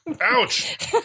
Ouch